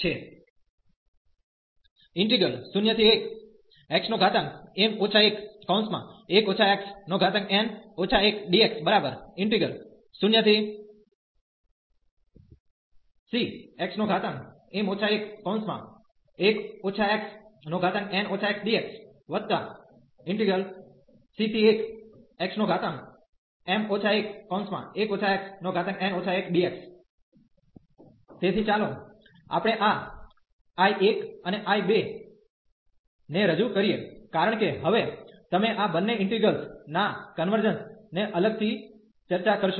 તેથી આપણે આ ઈન્ટિગ્રલ ને બે ભાગોમાં વિભાજીત કરીશું 01xm 11 xn 1dx0cxm 11 xn 1dx⏟I1c1xm 11 xn 1dx⏟I2 તેથી ચાલો આપણે આ I1અને I2 ને રજું કરીએ કારણ કે હવે તમે આ બંને ઇન્ટિગ્રેલ્સ ના કન્વર્જન્સ ને અલગ થી ચર્ચા કરશો